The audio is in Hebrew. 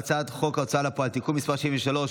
הצעת חוק ההוצאה לפועל (תיקון מס' 73),